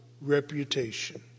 reputation